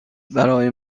برای